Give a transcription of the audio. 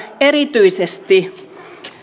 erityisesti